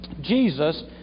Jesus